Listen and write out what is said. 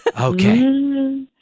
Okay